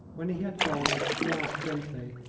when he had gone he asked gently